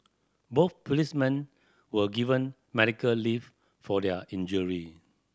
both policemen were given medical leave for their injury